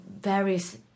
various